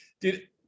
Dude